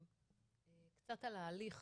קצת על ההליך